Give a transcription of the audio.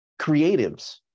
creatives